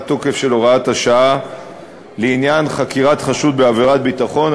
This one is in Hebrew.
תוקף של הוראת שעה לעניין חקירת חשוד בעבירת ביטחון),